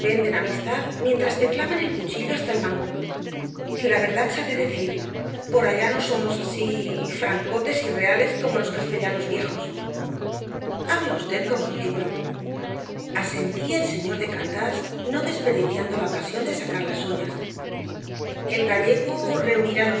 venden amistad mientras te clavan el cuchillo hasta el mango la verdad se ha de decir por allá no somos así francotes y reales como los castellanos viejos habla v como un libro asentía el señor de candás no desperdiciando la ocasión de sacar las uñas el gallego reunirá los